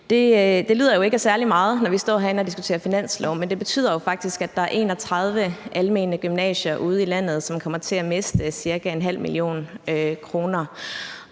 Det lyder jo ikke af særlig meget, når vi står herinde og diskuterer finanslov, men det betyder jo faktisk, at der er 31 almene gymnasier ude i landet, som kommer til at miste cirka ½ mio. kr.